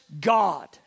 God